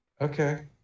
Okay